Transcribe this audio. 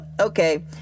okay